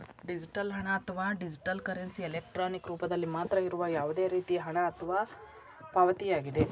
digital ಹಣ, ಅಥವಾ digital currency, electronic ರೂಪದಲ್ಲಿ ಮಾತ್ರ ಇರುವ ಯಾವುದೇ ರೇತಿಯ ಹಣ ಅಥವಾ ಪಾವತಿಯಾಗಿದೆ